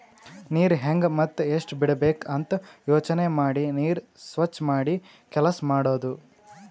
ನೀರ್ ಹೆಂಗ್ ಮತ್ತ್ ಎಷ್ಟ್ ಬಿಡಬೇಕ್ ಅಂತ ಯೋಚನೆ ಮಾಡಿ ನೀರ್ ಸ್ವಚ್ ಮಾಡಿ ಕೆಲಸ್ ಮಾಡದು